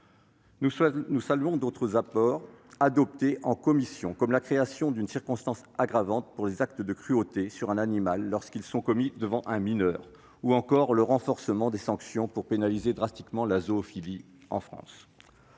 Nous saluons d'autres apports adoptés en commission, comme la création d'une circonstance aggravante pour les actes de cruauté sur un animal lorsqu'ils sont commis devant un mineur ou encore le renforcement des sanctions pour pénaliser drastiquement la zoophilie en France.